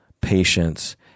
patience